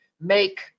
make